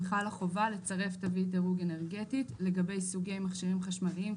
אם חלה חובה לצרף תווית דירוג אנרגטית לגבי סוגי מכשירים חשמליים,